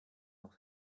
noch